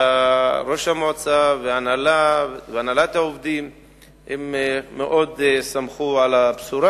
וראש המועצה והנהלת העובדים מאוד שמחו על הבשורה.